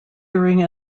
during